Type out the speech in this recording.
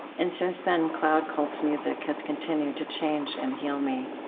and since then, cloud cult's music has continued to change and heal me.